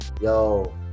yo